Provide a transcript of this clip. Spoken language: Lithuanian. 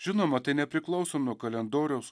žinoma tai nepriklauso nuo kalendoriaus